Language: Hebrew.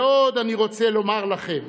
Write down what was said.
ועוד אני רוצה לומר לכם,